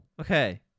okay